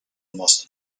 almost